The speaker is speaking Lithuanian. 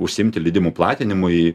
užsiimti leidimų platinimu į